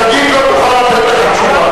שגית לא תוכל לתת לך